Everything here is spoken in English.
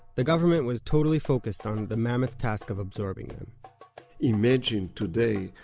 the government was totally focused on the mammoth task of absorbing them imagine today,